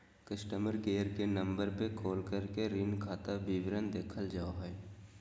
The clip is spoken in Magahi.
कस्टमर केयर के नम्बर पर कॉल करके ऋण खाता विवरण देखल जा हय